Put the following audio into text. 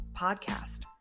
podcast